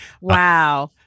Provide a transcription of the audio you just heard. Wow